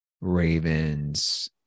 Ravens